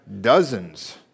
dozens